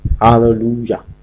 Hallelujah